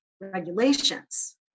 regulations